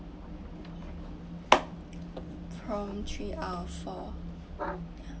from three out of four ya